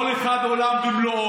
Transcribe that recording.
כל אחד זה עולם ומלואו.